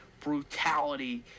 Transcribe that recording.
brutality